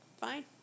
Fine